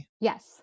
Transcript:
Yes